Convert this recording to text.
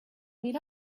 meet